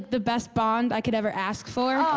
the best bond i could ever ask for. um